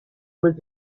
was